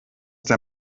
der